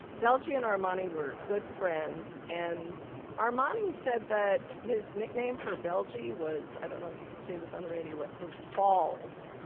belge and armani were good friends, and armani said that his nickname for belge was i don't know if you can say this on radio, it was balls,